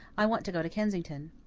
i want to go to kensington.